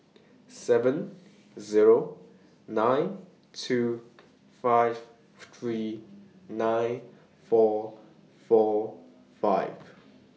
seven Zero nine two five three nine four four five